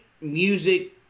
music